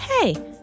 hey